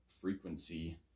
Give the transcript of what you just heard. frequency